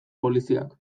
poliziak